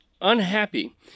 unhappy